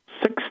six